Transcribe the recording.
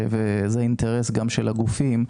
וזה אינטרס גם של הגופים,